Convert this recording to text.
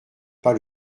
pas